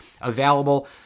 available